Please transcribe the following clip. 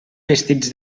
vestits